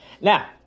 Now